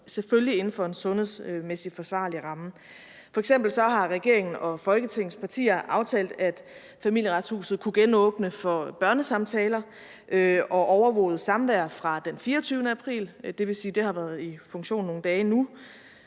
selvfølgelig inden for en sundhedsmæssigt forsvarlig ramme. F.eks. har regeringen og Folketingets partier aftalt, at Familieretshuset kunne genåbne for børnesamtaler og overvåget samvær fra den 24. april, dvs. det har været i funktion nogle dage nu.